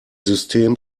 system